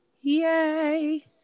Yay